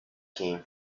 came